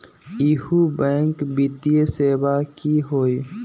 इहु बैंक वित्तीय सेवा की होई?